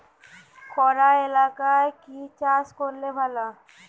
খরা এলাকায় কি চাষ করলে ভালো?